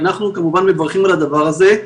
אנחנו מברכים כמובן על הדבר הזה.